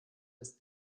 ist